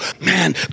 man